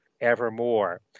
Evermore